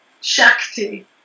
shakti